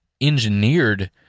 engineered